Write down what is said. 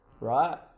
right